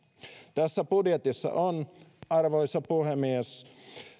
tässä budjetissa on arvoisa puhemies